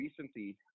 recently